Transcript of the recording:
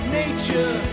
nature